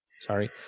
sorry